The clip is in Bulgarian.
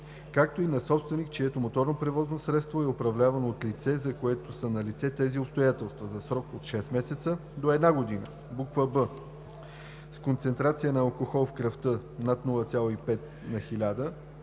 както и на собственик чието моторно превозно средство е управлявано от лице, за което са налице тези обстоятелства – за срок от 6 месеца до една година; б) с концентрация на алкохол в кръвта над 0,5 на